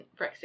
Brexit